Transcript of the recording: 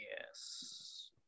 yes